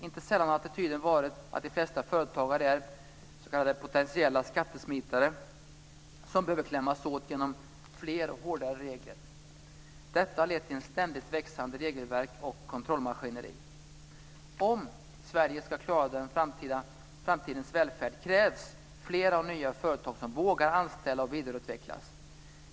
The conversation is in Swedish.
Inte sällan har attityden varit att de flesta företagare är s.k. potentiella skattesmitare som behöver klämmas åt genom fler och hårdare regler. Detta har lett till ett ständigt växande regelverk och kontrollmaskineri. Om Sverige ska klara framtidens välfärd krävs fler och nya företag som vågar anställa och vidareutvecklas.